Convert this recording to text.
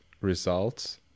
results